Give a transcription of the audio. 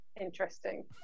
interesting